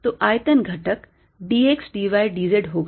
तो आयतन घटक dx dy d z होगा